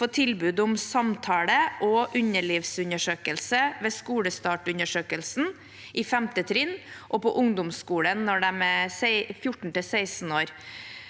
tilbud om samtale og underlivsundersøkelse ved skolestartundersøkelsen i 5. trinn og på ungdomsskolen, når de er 14–16 år,